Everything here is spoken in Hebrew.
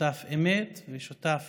שותף אמת, ושותף